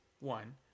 one